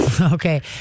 Okay